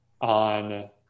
on